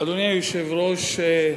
אדוני היושב-ראש,